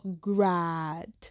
grad